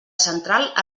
central